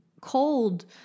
cold